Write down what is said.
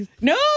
No